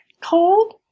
cold